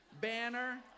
banner